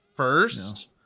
first